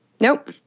Nope